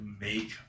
make